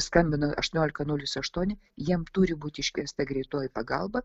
skambina aštuoniolika nulis aštuoni jam turi būti iškviesta greitoji pagalba